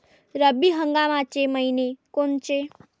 रब्बी हंगामाचे मइने कोनचे?